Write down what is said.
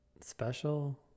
special